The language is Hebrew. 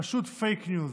הן פשוט פייק ניוז.